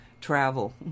travel